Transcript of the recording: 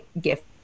gift